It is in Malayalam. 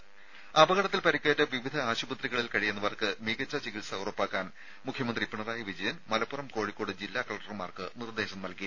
രുമ അപകടത്തിൽ പരിക്കേറ്റ് വിവിധ ആശുപത്രികളിൽ കഴിയുന്നവർക്ക് മികച്ച ചികിത്സ ഉറപ്പാക്കാൻ മുഖ്യമന്ത്രി പിണറായി വിജയൻ മലപ്പുറം കോഴിക്കോട് ജില്ലാ കലക്ടർമാർക്ക് നിർദ്ദേശം നൽകി